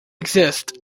exist